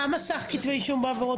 כמה סך הכול יש?